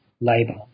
labour